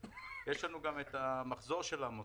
יש לנו גם את המחזור של העמותה,